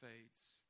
fades